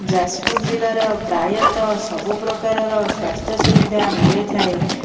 ଯାଜପୁର ଜିଲ୍ଲାର ପ୍ରାୟତଃ ସବୁପ୍ରକାରର ସ୍ୱାସ୍ଥ୍ୟ ସୁବିଧା ମିଳିଥାଏ